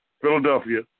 Philadelphia